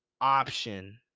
option